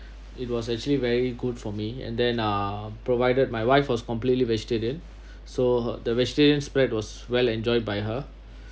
it was actually very good for me and then uh provided my wife was completely vegetarian so the vegetarian spread was well enjoyed by her